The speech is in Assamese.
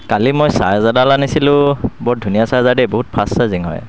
কালি মই চাৰ্জাৰ এডাল আনিছিলোঁ বহুত ধুনীয়া চাৰ্জাৰ দেই বহুত ফাষ্ট চাৰ্জিং হয়